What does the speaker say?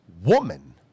woman